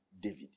David